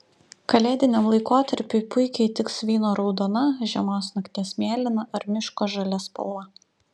kalėdiniam laikotarpiui puikiai tiks vyno raudona žiemos nakties mėlyna ar miško žalia spalva